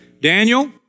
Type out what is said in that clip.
Daniel